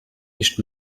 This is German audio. nicht